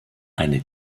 eine